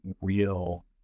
real